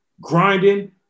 grinding